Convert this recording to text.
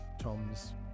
tom's